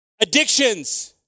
Addictions